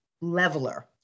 leveler